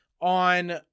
on